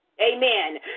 Amen